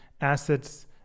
assets